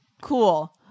cool